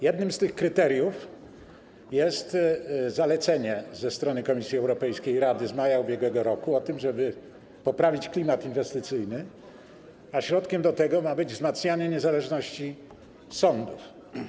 Jednym z tych kryteriów jest zalecenie ze strony Komisji Europejskiej i Rady z maja ubiegłego roku o tym, żeby poprawić klimat inwestycyjny, a środkiem do tego ma być wzmacnianie niezależności sądów.